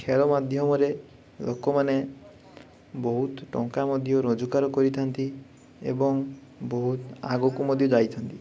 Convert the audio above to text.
ଖେଳ ମାଧ୍ୟମରେ ଲୋକମାନେ ବହୁତ ଟଙ୍କା ମଧ୍ୟ ରୋଜଗାର କରିଥାନ୍ତି ଏବଂ ବହୁତ ଆଗକୁ ମଧ୍ୟ ଯାଇଥାନ୍ତି